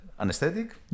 anesthetic